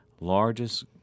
largest